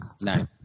No